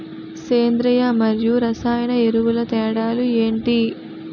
సేంద్రీయ మరియు రసాయన ఎరువుల తేడా లు ఏంటి?